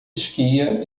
esquia